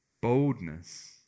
boldness